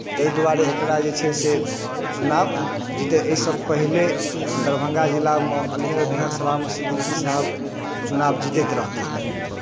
एहि दुआरे एकरा जे छै से चुनाव जितै एहिसँ पहिले दरभंगा जिलामे अली नगर विधान सभामे सिद्दीकी साहब चुनाव जीतैत रहथिन